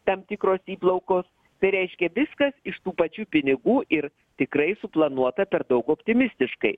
tam tikros įplaukos tai reiškia viskas iš tų pačių pinigų ir tikrai suplanuota per daug optimistiškai